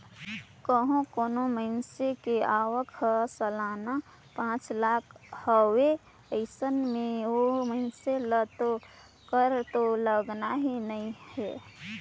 कंहो कोनो मइनसे के आवक हर सलाना पांच लाख हवे अइसन में ओ मइनसे ल तो कर तो लगना ही नइ हे